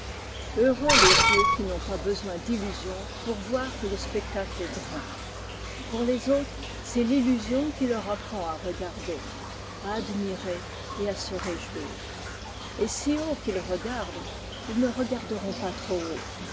heureux les yeux qui n'ont pas besoin dluusion pour voir que le spectacle est grand pour les autres c'est l'illusion qui leur apprend à regarder à admirer et à se réjouir et si haut qu'ils regardent ils ne regarderont pas trop haut